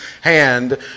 hand